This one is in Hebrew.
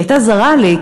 שהייתה זרה לי,